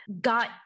got